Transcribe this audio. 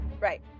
Right